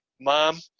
mom